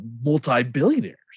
multi-billionaires